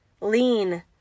lean